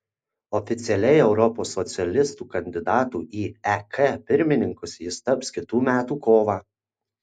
oficialiai europos socialistų kandidatu į ek pirmininkus jis taps kitų metų kovą